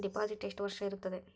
Deposit ಎಷ್ಟು ವರ್ಷ ಇರುತ್ತದೆ?